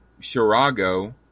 Chirago